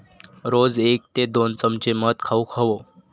रोज एक ते दोन चमचे मध खाउक हवो